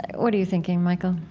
what are you thinking, michael?